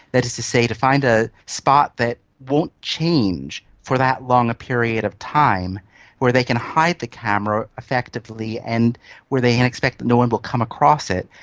that is to say to find a spot that won't change for that long a period of time where they can hide the camera effectively and where they can expect that no one will come across it.